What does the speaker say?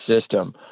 system